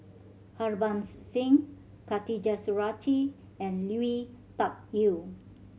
Harbans Singh Khatijah Surattee and Lui Tuck Yew